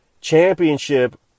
championship